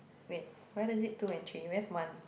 wait why is it two and three where's one